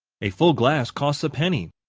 a full glass costs a penny.